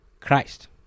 Christ